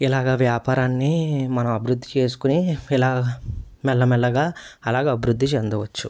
ఇలాగ వ్యాపారాన్ని మనం అభివృద్ధి చేసుకొని ఇలా మెల్లమెల్లగా అలాగే అభివృద్ధి చెందవచ్చు